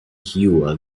hua